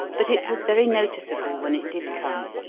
but it was very noticeable when it did come,